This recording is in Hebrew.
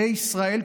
בישראל,